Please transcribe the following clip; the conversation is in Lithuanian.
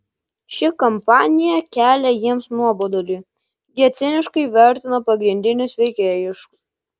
ši kampanija kelia jiems nuobodulį jie ciniškai vertina pagrindinius veikėjus